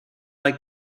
like